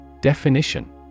Definition